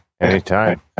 Anytime